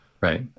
right